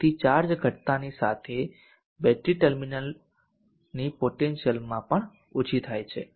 તેથી ચાર્જ ઘટતાંની સાથે બેટરી ટર્મિનલની પોટેન્શિયલ પણ ઓછી થાય છે